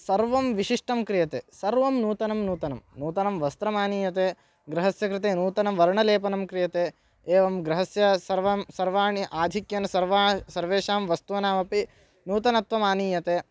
सर्वं विशिष्टं क्रियते सर्वं नूतनं नूतनं नूतनं वस्त्रम् आनीयते गृहस्य कृते नूतनं वर्णलेपनं क्रियते एवं गृहस्य सर्वं सर्वाणि आधिक्येन सर्वा सर्वेषां वस्तूनामपि नूतनत्वम् आनीयते